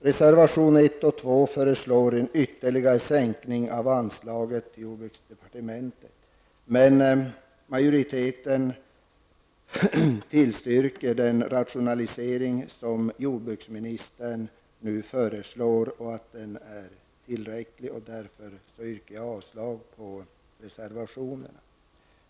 Reservation 1 och 2 föreslår en ytterligare sänkning av anslaget till jordbruksdepartementet, men majoriteten tillstyrker den rationalisering som jordbruksministern nu föreslår. Man anser att den är tillräcklig, och därför yrkar jag avslag på reservationerna.